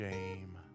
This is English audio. Shame